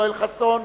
יואל חסון,